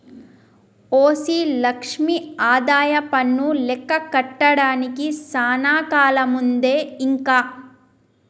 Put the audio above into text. OC Lakshmi ఆదాయపన్ను లెక్క కట్టడానికి సానా కాలముందే ఇంక